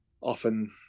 often